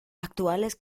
actuales